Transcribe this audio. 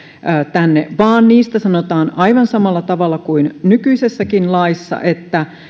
vaan niistä sanotaan aivan samalla tavalla kuin nykyisessäkin laissa